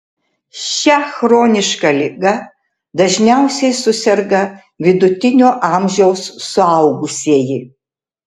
šia chroniška liga dažniausiai suserga vidutinio amžiaus suaugusieji